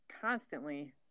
constantly